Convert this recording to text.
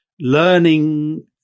learning